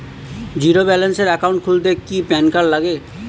Zero balance account খুলতে কি PAN card লাগে?